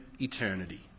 eternity